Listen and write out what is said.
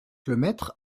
lemaître